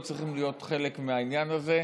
לא צריכים להיות חלק מהעניין הזה.